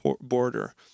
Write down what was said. border